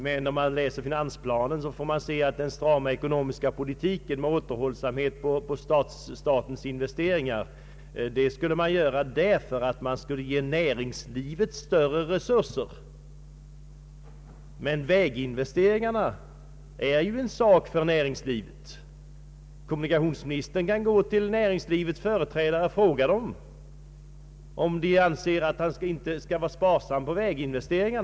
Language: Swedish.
Men av finansplanen framgår att den strama ekonomiska politiken, som innebär återhållsamhet med statens investeringar, skulle föras för att ge näringslivet större resurser. Väginvesteringarna är emellertid något mycket angeläget för näringslivet. Kommunikationsministern kan gå till näringslivets företrädare och fråga dem om de anser att han skall vara sparsam med väginvesteringar.